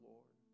Lord